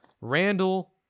Randall